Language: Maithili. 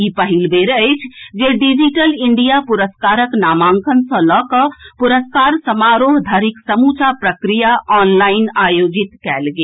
ई पहिल बेर अछि जे डिजिटल इंडिया पुरस्कारक नामांकन सॅ लऽकऽ पुरस्कार समारोह धरिक समूचा प्रकिया ऑनलाइन आयोजित कयल गेल